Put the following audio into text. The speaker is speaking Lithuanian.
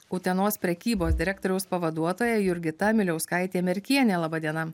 utenos prekybos direktoriaus pavaduotoja jurgita miliauskaitė merkienė laba diena